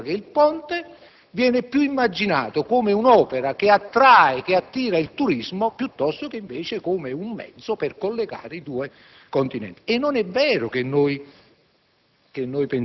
ponte? Il problema è che il ponte viene più immaginato come un'opera che attrae turismo piuttosto che come un mezzo per collegare i due continenti. Non è vero che noi